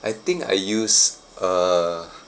I think I used a